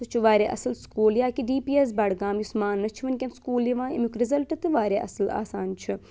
سُہ چھُ واریاہ اَصٕل سکوٗل یا کہ ڈی پی اٮ۪س بَڈگام یُس ماننہٕ چھِ وٕنکٮ۪ن سکوٗل یِوان اَمیُٚک رِزَلٹ تہٕ واریاہ اَصٕل آسان چھُ